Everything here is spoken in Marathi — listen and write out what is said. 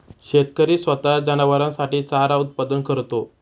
शेतकरी स्वतः जनावरांसाठी चारा उत्पादन करतो